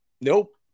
Nope